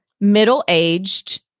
middle-aged